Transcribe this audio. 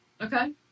Okay